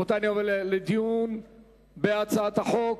רבותי אני עובר לדיון בהצעת החוק.